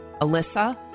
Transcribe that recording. Alyssa